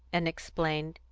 and explained,